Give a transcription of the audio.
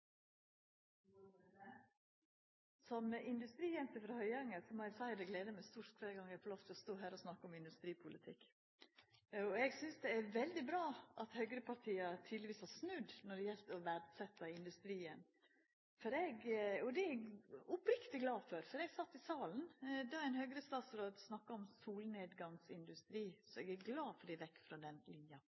sammen med Fremskrittspartiet og Høyre. Representanten Rigmor Andersen Eide har tatt opp det forslaget hun refererte til. Som industrijente frå Høyanger må eg seia at det gleder det meg stort kvar gong eg får lov til å stå her og snakka om industripolitikk. Eg synest det er veldig bra at høgrepartia tydelegvis har snudd når det gjeld å verdsetja industrien. Det er eg oppriktig glad for, for eg sat i salen då ein Høgre-statsråd snakka om solnedgangsindustri. Så eg er glad for